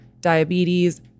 diabetes